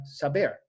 saber